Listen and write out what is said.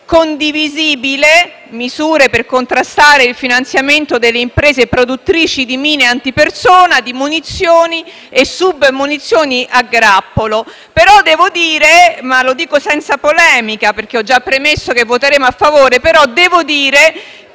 condivisibile: «Misure per contrastare il finanziamento delle imprese produttrici di mine antipersona, di munizioni e submunizioni a grappolo». Devo dire però - e lo faccio senza polemica, avendo già premesso che voteremo a favore - che, al di là